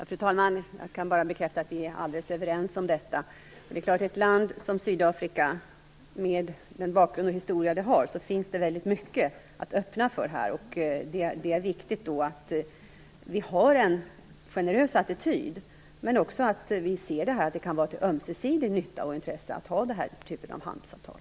Fru talman! Jag kan bara bekräfta att vi är helt överens om detta. I ett land som Sydafrika, med den bakgrund och historia det har, finns det väldigt mycket att öppna för. Det är viktigt att vi har en generös attityd men också att vi ser att det kan vara av ömsesidig nytta att ha den här typen av handelsavtal.